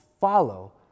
follow